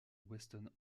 weston